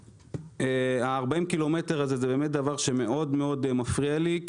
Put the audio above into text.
ה-40 ק"מ זה דבר שמאוד מאוד מפריע לי,